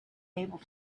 able